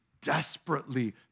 desperately